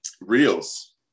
reels